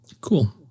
cool